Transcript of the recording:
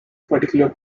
particular